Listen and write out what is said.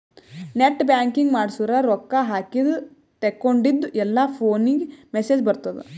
net banking ಮಾಡ್ಸುರ್ ರೊಕ್ಕಾ ಹಾಕಿದ ತೇಕೊಂಡಿದ್ದು ಎಲ್ಲಾ ಫೋನಿಗ್ ಮೆಸೇಜ್ ಬರ್ತುದ್